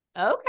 Okay